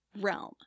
realm